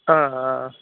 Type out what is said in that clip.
ஆ ஆ ஆ